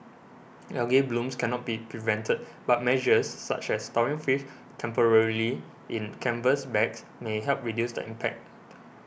algal blooms cannot be prevented but measures such as storing fish temporarily in canvas bags may help reduce the impact